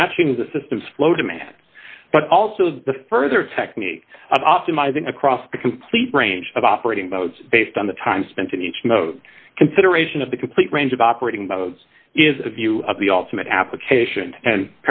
matching the system's flow demands but also the further technique of optimizing across the complete range of operating boats based on the time spent in each mode consideration of the complete range of operating boats is a view of the ultimate application and